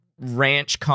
ranch